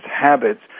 habits